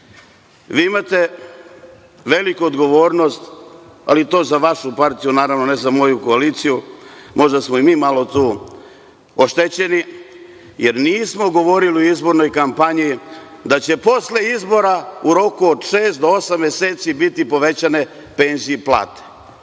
Vi imate veliku odgovornost, ali to za vašu partiju, naravno, ne za moju koaliciju. Možda smo i mi malo tu oštećeni jer nismo govorili u izbornoj kampanji da će posle izbora, u roku od šest do osam meseci, biti povećane penzije i plate.